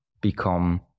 become